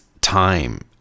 time